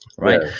Right